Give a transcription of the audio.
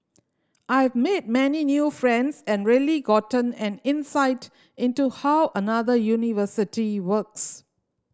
I've made many new friends and really gotten an insight into how another university works